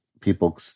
people